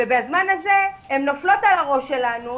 ובזמן הזה הן נופלות על הראש שלנו,